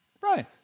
Right